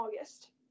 August